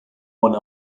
one